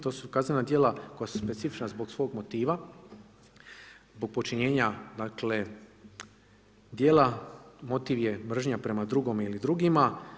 To su kaznena djela koja su specifična zbog svog motiva zbog počinjenja djela, motiv je mržnja prema drugome ili drugima.